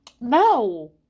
No